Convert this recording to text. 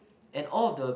and all of the